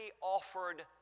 offered